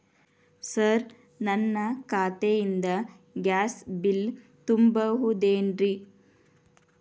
Sir ನನ್ನ ಖಾತೆಯಿಂದ gas bill ತುಂಬಹುದೇನ್ರಿ?